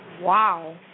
Wow